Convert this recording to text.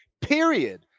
Period